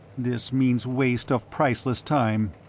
this means waste of priceless time.